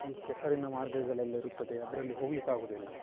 ಈ ಕೆಸರಿನ ಮಾರ್ಗಗಳೆಲ್ಲ ಇರುತ್ತದೆ ಅದರಲ್ಲಿ ಹೋಗ್ಲಿಕ್ಕೆ ಆಗುವುದಿಲ್ಲ